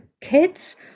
kids